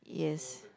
yes